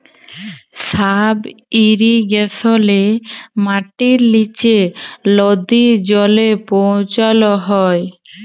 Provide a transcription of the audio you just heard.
sub ইরিগেশলে মাটির লিচে লদী জলে পৌঁছাল হ্যয়